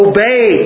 Obey